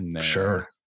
sure